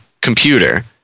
computer